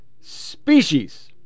species